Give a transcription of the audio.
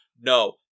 No